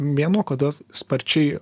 mėnuo kada sparčiai